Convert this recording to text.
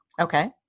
Okay